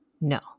No